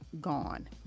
gone